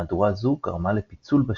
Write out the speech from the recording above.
מהדורה זו גרמה לפיצול בשוק,